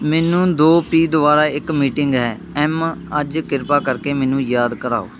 ਮੈਨੂੰ ਦੋ ਪੀ ਦੁਆਰਾ ਇੱਕ ਮੀਟਿੰਗ ਹੈ ਐੱਮ ਅੱਜ ਕਿਰਪਾ ਕਰਕੇ ਮੈਨੂੰ ਯਾਦ ਕਰਾਓ